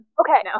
okay